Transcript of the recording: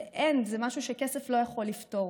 ואין, זה משהו שכסף לא יכול לפתור,